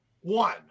One